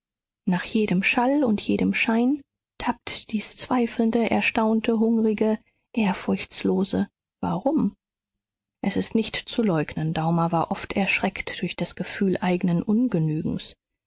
nach jedem schall und jedem schein tappt dies zweifelnde erstaunte hungrige ehrfurchtslose warum es ist nicht zu leugnen daumer war oft erschreckt durch das gefühl eignen ungenügens